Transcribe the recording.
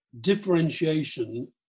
differentiation